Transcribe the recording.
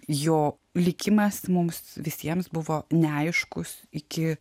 jo likimas mums visiems buvo neaiškus iki